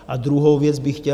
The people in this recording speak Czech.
A druhou věc bych chtěl...